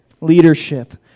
leadership